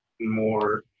more